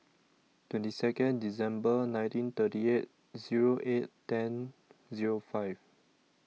twenty Second December nineteen thirty eight Zero eight ten Zero five